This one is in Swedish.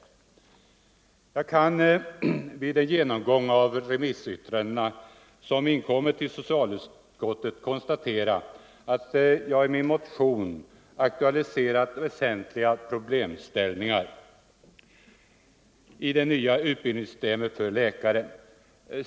Jag kan efter en genomgång av de remissyttranden som inkommit till socialutskottet konstatera att jag i min motion har aktualiserat väsentliga problemställningar i det nya utbildningssystemet för läkare.